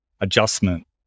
adjustment